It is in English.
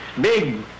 big